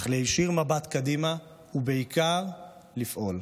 אך להישיר מבט קדימה ובעיקר לפעול.